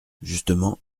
justement